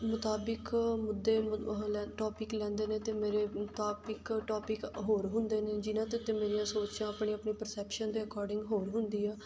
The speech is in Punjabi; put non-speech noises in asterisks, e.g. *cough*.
ਮੁਤਾਬਿਕ ਮੁੱਦੇ *unintelligible* ਟੋਪਿਕ ਲੈਂਦੇ ਨੇ ਅਤੇ ਮੇਰੇ ਮੁਤਾਬਿਕ ਟੋਪਿਕ ਹੋਰ ਹੁੰਦੇ ਨੇ ਜਿਹਨਾਂ ਦੇ ਉੱਤੇ ਮੇਰੀਆਂ ਸੋਚਾਂ ਆਪਣੀ ਆਪਣੀ ਪਰਸੈਪਸ਼ਨ ਦੇ ਅਕੋਡਿੰਗ ਹੋਰ ਹੁੰਦੀ ਆ